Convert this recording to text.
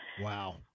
Wow